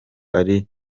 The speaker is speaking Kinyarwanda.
ari